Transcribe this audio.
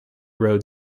road